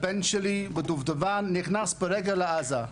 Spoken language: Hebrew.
הבן שלי בדובדבן נכנס ברגל לעזה.